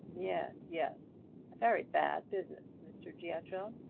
yes, yes a very bad business, mr. giatron!